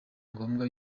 ngombwa